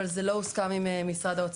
אבל זה לא הוסכם עם משרד האוצר.